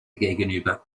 gegenüber